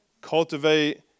cultivate